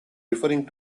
referring